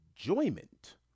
enjoyment